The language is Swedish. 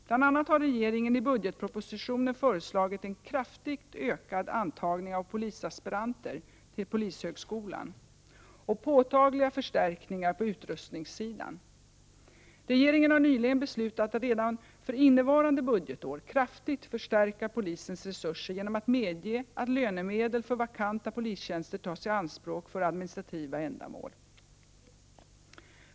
Bl.a. har regeringen i budgetpropositionen föreslagit en kraftigt ökad antagning av polisaspiranter till polishögskolan och påtagliga förstärkningar på utrustningssidan. Regeringen har nyligen beslutat att redan för innevarande budgetår kraftigt förstärka polisens resurser genom att medge att lönemedel för vakanta polistjänster tas i anspråk för administrativa ändamål.